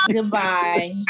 Goodbye